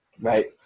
Right